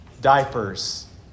Diapers